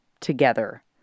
together